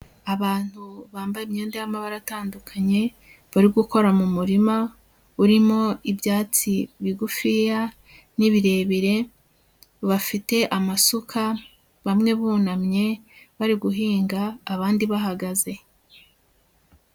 Abantu bambaye imyenda y'amabara atandukanye bari gukora mu murima urimo ibyatsi bigufiya n'ibirebire, bafite amasuka bamwe bunamye bari guhinga, abandi bahagaze.